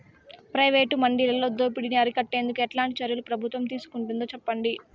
Private మండీలలో దోపిడీ ని అరికట్టేందుకు ఎట్లాంటి చర్యలు ప్రభుత్వం తీసుకుంటుందో చెప్పండి?